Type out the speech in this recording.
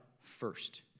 first